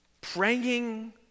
praying